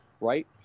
right